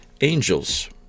angels